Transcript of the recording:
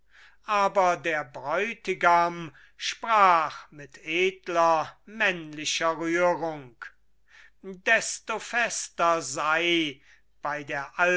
aber der bräutigam sprach mit edler männlicher rührung desto fester sei bei der